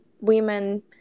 women